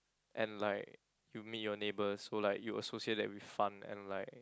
and like you meet your neighbors who like you associate that with fun and like